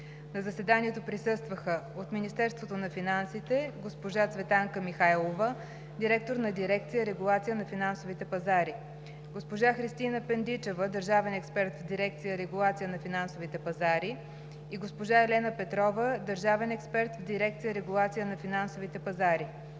На заседанието присъстваха – от Министерството на финансите: госпожа Цветанка Михайлова – директор на дирекция „Регулация на финансовите пазари“, госпожа Христина Пендичева – държавен експерт в дирекция „Регулация на финансовите пазари“, и госпожа Елена Петрова – държавен експерт в дирекция „Регулация на финансовите пазари“;